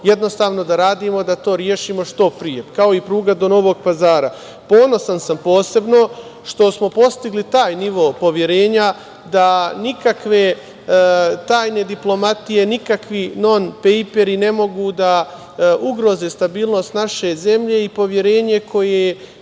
jednostavno, da radimo, da to rešimo što pre, kao i pruga do Novog Pazara. Ponosan sam posebno što smo postigli taj nivo poverenja da nikakve tajne diplomatije, nikakvi non-pejperi ne mogu da ugroze stabilnost naše zemlje i poverenje i